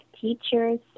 teachers